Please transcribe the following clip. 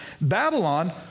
Babylon